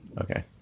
Okay